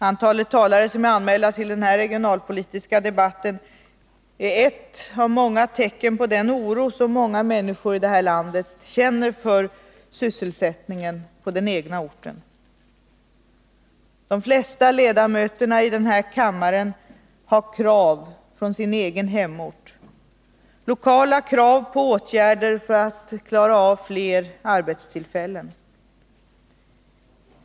Antalet talare som är anmälda till den här regionalpolitiska debatten är ett av många tecken på den oro som många människor i det här landet känner för sysselsättningen på den egna orten. De flesta ledamöterna i den här kammaren har krav från sin egen hemort, lokala krav på åtgärder för att klara av fler arbetstillfällen.